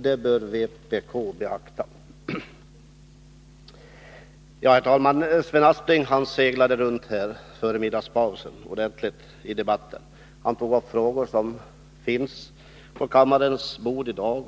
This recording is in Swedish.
Det bör vpk beakta. Herr talman! Före middagspausen seglade Sven Aspling runt ordentligt i debatten. Han tog upp frågor som finns på kammarens bord i dag,